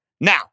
Now